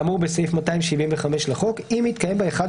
שבשליטת המדינה 2ב. עסקה חריגה כאמור בסעיף 270(4) לחוק של חברה